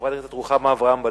חברת הכנסת רוחמה אברהם-בלילא.